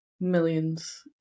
millions